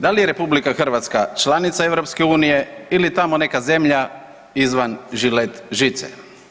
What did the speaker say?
Da li je RH članica EU ili tamo neka zemlja izvan žilet-žice?